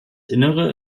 innere